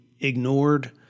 ignored